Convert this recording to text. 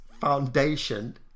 foundation